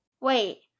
Wait